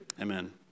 Amen